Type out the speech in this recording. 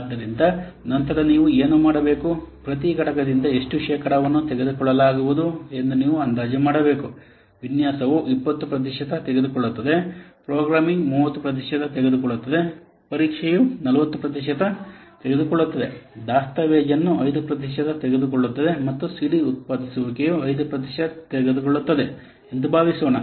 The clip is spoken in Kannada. ಆದ್ದರಿಂದ ನಂತರ ನೀವು ಏನು ಮಾಡಬೇಕು ಪ್ರತಿ ಘಟಕದಿಂದ ಎಷ್ಟು ಶೇಕಡಾವನ್ನು ತೆಗೆದುಕೊಳ್ಳಲಾಗುವುದು ಎಂದು ನೀವು ಅಂದಾಜು ಮಾಡಬೇಕು ವಿನ್ಯಾಸವು 20 ಪ್ರತಿಶತ ತೆಗೆದುಕೊಳ್ಳುತ್ತದೆ ಪ್ರೋಗ್ರಾಮಿಂಗ್ 30 ಪ್ರತಿಶತ ತೆಗೆದುಕೊಳ್ಳುತ್ತದೆ ಪರೀಕ್ಷೆಯು 40 ಪ್ರತಿಶತ ತೆಗೆದುಕೊಳ್ಳುತ್ತದೆ ದಸ್ತಾವೇಜನ್ನು 5 ಪ್ರತಿಶತ ತೆಗೆದುಕೊಳ್ಳುತ್ತದೆ ಮತ್ತು ಸಿಡಿ ಉತ್ಪಾದಿಸುವಿಕೆಯು 5 ಪ್ರತಿಶತ ತೆಗೆದುಕೊಳ್ಳುತ್ತದೆ ಎಂದು ಭಾವಿಸೋಣ